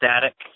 static